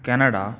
Canada